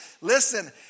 Listen